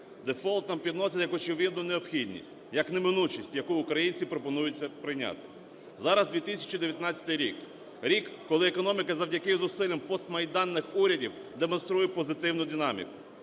Дефолт нам підносять як очевидну необхідність, як неминучість, яку українцям пропонується прийняти. Зараз 2019 рік - рік, коли економіка завдяки зусиллям постмайданних урядів демонструє позитивну динаміку.